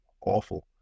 awful